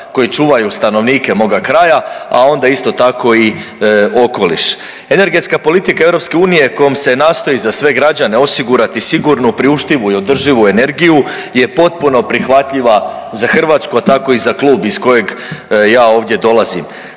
koji čuvaju stanovnike moga kraja, a onda isto tako i okoliš. Energetska politika EU kojom se nastoji za sve građane osigurati sigurnu, priuštivu i održivu energiju je potpuno prihvatljiva za Hrvatsku, a tako i za klub iz kojeg ja ovdje dolazim.